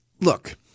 Look